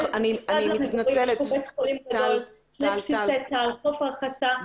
בית חולים גדול, שני בסיסי צה"ל, חוף רחצה.